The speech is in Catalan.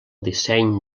disseny